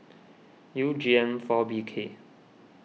U G M four B K